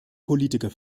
politiker